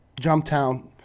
Jumptown